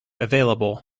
available